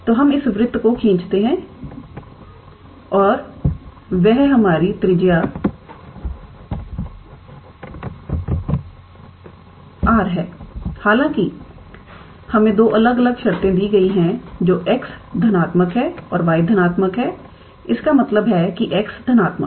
तो हम इस वृत्त को खींचते हैं और वह हमारी त्रिज्या R हालाँकि हमें दो अलग अलग शर्तें दी गई हैं जो x धनात्मक है और y धनात्मक है इसका मतलब है कि x धनात्मक है